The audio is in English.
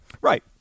Right